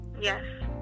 Yes